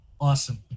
Awesome